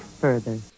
further